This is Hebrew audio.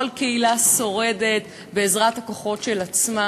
כל קהילה שורדת בעזרת הכוחות של עצמה.